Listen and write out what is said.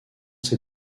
ses